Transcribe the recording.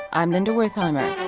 i'm linda wertheimer